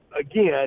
again